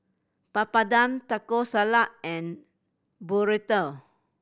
Papadum Taco Salad and Burrito